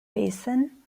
basin